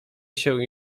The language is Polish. się